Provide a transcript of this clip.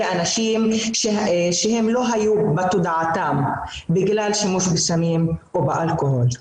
אנשים שהם לא היו בתודעתם בגלל שימוש בסמים או באלכוהול.